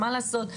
מה לעשות,